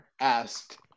asked